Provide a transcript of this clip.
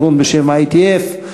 ארגון בשם ITF,